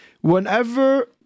Whenever